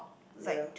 ya